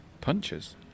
punches